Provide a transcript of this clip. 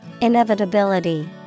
Inevitability